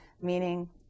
meaning